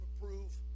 prove